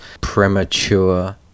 premature